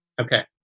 Okay